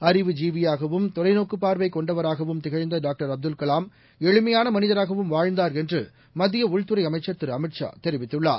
அறிவுஜீவியாகவும் தொலைநோக்குப் பார்வைகொண்டவதாகவும் திகழ்ந்தடாக்டர் அப்துல் கலாம் எளிமையானமனிதராகவும் வாழ்ந்தார் என்றுமத்தியஉள்துறைஅமைச்ச் திருஅமித்ஷா தெரிவித்துள்ளார்